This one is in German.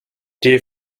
die